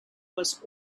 was